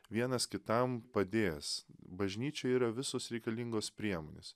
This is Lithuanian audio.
vienas kitam padės bažnyčioj yra visos reikalingos priemonės